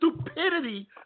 stupidity